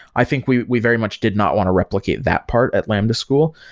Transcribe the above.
i think we we very much did not want to replicate that part at lambda school.